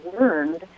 learned